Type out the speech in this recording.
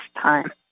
time